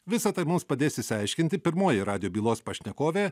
visa tai mums padės išsiaiškinti pirmoji radijo bylos pašnekovė